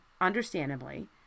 understandably